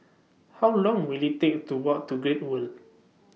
How Long Will IT Take to Walk to Great World